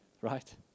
right